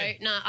no